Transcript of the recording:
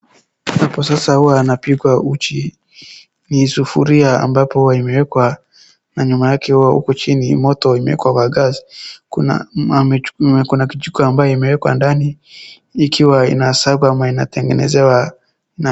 Hapo sasa huwa wanapikwa uji ni sufuria ambapo huwa imewekwa na nyuma yake ikiwa huku chini moto ikiwa imewekwa kwa gas kuna kijiko ambayo imewekwa ndani ikiwa inaserve ama inatengenezewa